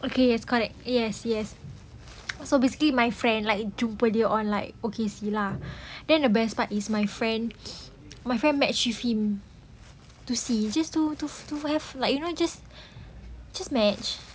okay it's correct yes yes so basically my friend like jumpa dia on like O_K_C lah then the best part is my friend my friend match with him to see just to to to have like you know just just match